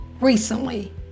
Recently